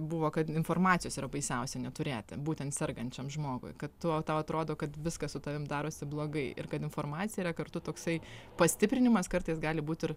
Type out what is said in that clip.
buvo kad informacijos yra baisiausia neturėti būtent sergančiam žmogui kad tuo tau atrodo kad viskas su tavim darosi blogai ir kad informacija yra kartu toksai pastiprinimas kartais gali būt ir